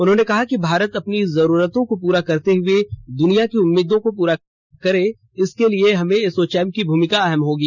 उन्होंने कहा कि भारत अपनी जरूरतों को पूरा करते हुए दुनिया की उम्मीदों को पूरा करे इसके लिए इसमें एसोचैम की भूमिका अहम होगी